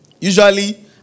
Usually